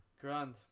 grand